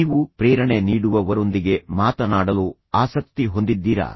ನೀವು ಪ್ರೇರಣೆ ನೀಡುವವರೊಂದಿಗೆ ಮಾತನಾಡಲು ಆಸಕ್ತಿ ಹೊಂದಿದ್ದೀರಾ